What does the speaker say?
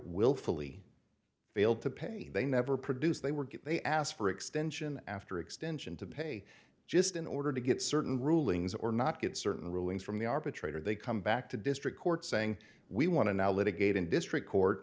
willfully failed to pay they never produce they were they asked for extension after extension to pay just in order to get certain rulings or not get certain rulings from the arbitrator they come back to district court saying we want to now litigate in district court